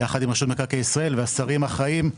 יחד עם רשות מקרקעי ישראל והשרים האחראים,